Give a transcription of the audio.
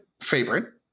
favorite